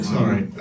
Sorry